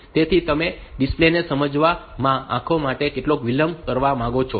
તેથી તમે ડિસ્પ્લે ને સમજવામાં આંખો માટે થોડો વિલંબ કરવા માંગો છો